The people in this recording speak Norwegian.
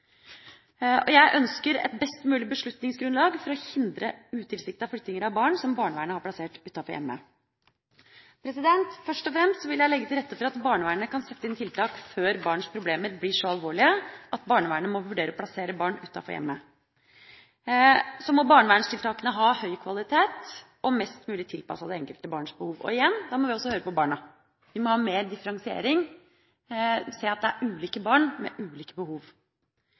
Jeg ønsker et best mulig beslutningsgrunnlag for å hindre utilsiktede flyttinger av barn som barnevernet har plassert utenfor hjemmet. Først og fremst vil jeg legge til rette for at barnevernet kan sette inn tiltak før barns problemer blir så alvorlige at barnevernet må vurdere å plassere barn utenfor hjemmet. Så må barnevernstiltakene har høy kvalitet og være mest mulig tilpasset det enkelte barns behov. Og igjen: Da må vi også høre på barna. Vi må ha mer differensiering, se at det er ulike barn med ulike behov.